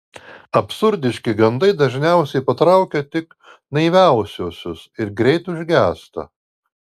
absurdiški gandai dažniausiai patraukia tik naiviausiuosius ir greit užgęsta